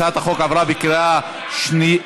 הצעת החוק עברה בקריאה שנייה.